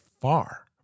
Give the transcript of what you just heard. far